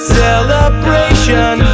celebration